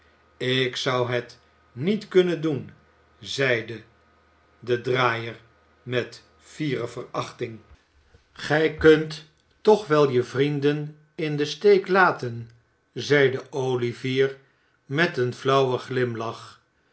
ik zou het niet kunnen doen zeide de draaier met fiere verachting gij kunt toch wel je vrienden in den steek laten zeide olivier met een flauwen glimlach